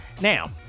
now